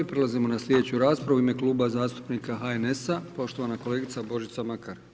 Prelazimo na sljedeću raspravu u ime Kluba zastupnika HNS-a poštovana kolegica Božica Makar.